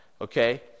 okay